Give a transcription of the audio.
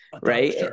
right